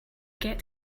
get